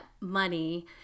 money